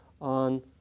on